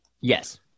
Yes